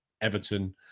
Everton